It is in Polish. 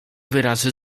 wyrazy